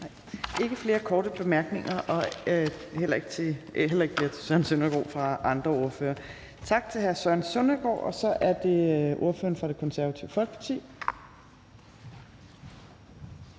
ikke flere korte bemærkninger, heller ikke fra andre ordførere. Tak til hr. Søren Søndergaard. Så er det ordføreren for Det Konservative Folkeparti.